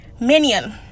Minion